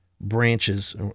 branches